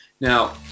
Now